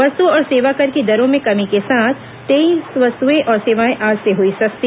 वस्तु और सेवाकर की दरों में कमी के साथ तेईस वस्तुएं और सेवाएं आज से हुई सस्ती